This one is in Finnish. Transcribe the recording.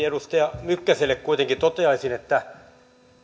edustaja mykkäselle kuitenkin toteaisin